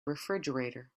refrigerator